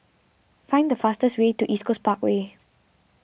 find the fastest way to East Coast Parkway